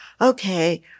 okay